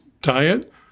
diet